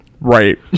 Right